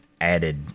added